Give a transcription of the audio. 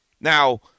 Now